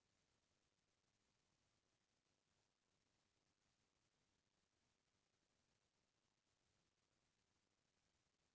मुनाफा कमाए बर अउ पइसा ल बचाए खातिर ही कोनो भी मनसे ह कोनो जगा निवेस करथे